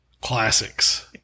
Classics